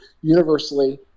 universally